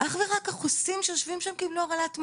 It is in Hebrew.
החוסים קבלו הרעלת מזון.